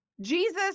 Jesus